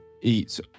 eat